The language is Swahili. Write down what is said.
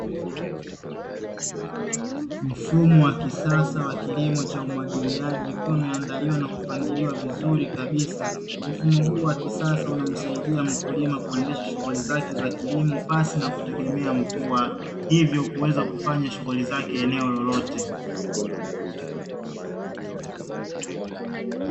Mfumo wa kisasa wa kilimo cha umwagiliaji ukiwa umeandaliwa na kupangiliwa vizuri kabisa. Mfumo huu wa kisasa unamsaidia mkulima kupangilia na kuendesha shughuli zake za kilimo pasi na kutegemea mvua, hivyo kuweza kufanya shughuli zake eneo lolote.